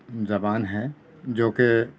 زبان ہے جو کہ